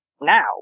now